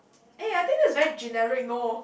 eh I think that is very generic know